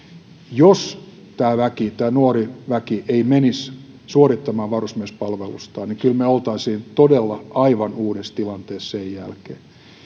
jos tämä väki tämä nuori väki ei menisi suorittamaan varusmiespalvelustaan niin kyllä me olisimme todella aivan uudessa tilanteessa sen jälkeen